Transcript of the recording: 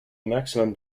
maximum